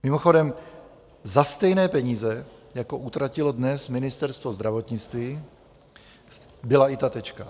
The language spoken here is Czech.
Mimochodem, za stejné peníze, jako utratilo dnes Ministerstvo zdravotnictví, byla i ta Tečka.